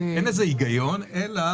אין לזה היגיון אלא